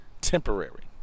Temporary